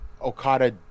Okada